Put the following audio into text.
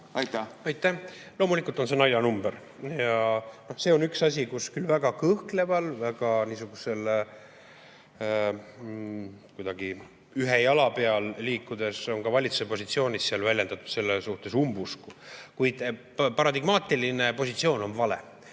Aitäh! Loomulikult on see naljanumber. See on üks asi, kus küll väga kõhkleval moel, väga kuidagi ühe jala peal liikudes on ka valitsuse positsioonis väljendatud selle suhtes umbusku. Kuid paradigmaatiline positsioon on vale.